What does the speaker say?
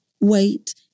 wait